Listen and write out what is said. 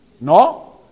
No